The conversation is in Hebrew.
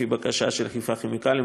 לפי בקשה של חיפה כימיקלים,